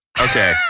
Okay